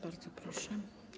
Bardzo proszę.